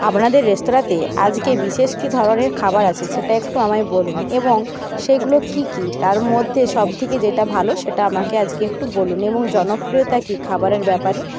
আপনাদের রেস্তোরাঁতে আজকে বিশেষ কি ধরণের খাবার আছে সেটা একটু আমায় বলুন এবং সেগুলো কি কি তার মধ্যে সব থেকে যেটা ভালো সেটা আমাকে আজকে একটু বলুন এবং জনপ্রিয়তা কি খাবারের ব্যাপারে